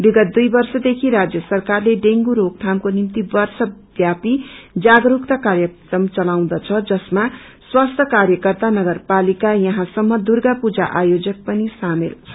विगत दुई वर्षदेखि राज्य सरकारले ड्रेंगू रोकथामको निम्ति वर्ष वपी हजागरूकता कार्यक्रम चनाउदछ जसमा स्वास्थ्य कार्यकर्ता नगरपालिका यहाँसम्म दुर्गा पूजा आयोजक पनि शामेल छन्